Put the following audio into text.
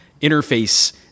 interface